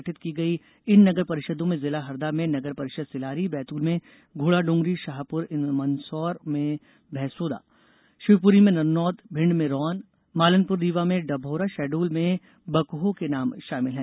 गठित की गयीं इन नगर परिषदों में जिला हरदा में नगर परिषद सिलारी बैतूल में घोड़ाडोंगरी शाहपुर मंदसौर में भैंसोदा शिवपुरी में रन्नौद भिंड में रौन मालनपुर रीवा में डभौरा शहडोल में बकहो के नाम शामिल हैं